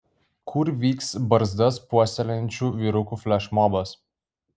kur vyks barzdas puoselėjančių vyrukų flešmobas